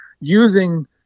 using